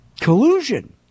collusion